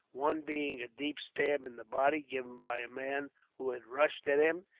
one being a deep stab in the body, given by a man who had rushed at him,